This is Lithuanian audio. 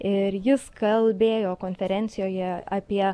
ir jis kalbėjo konferencijoje apie